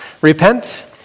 repent